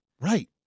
Right